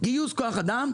גיוס כוח אדם,